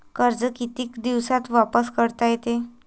कर्ज कितीक दिवसात वापस करता येते?